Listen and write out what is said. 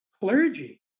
clergy